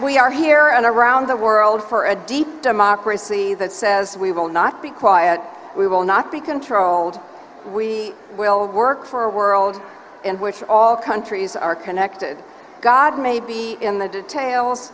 we are here and around the world for a deep democracy that says we will not be quiet we will not be controlled we will work for a world in which all countries are connected god may be in the details